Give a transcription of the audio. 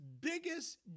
biggest